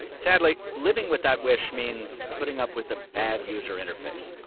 sadly, living with that wish means putting up with a bad user interface.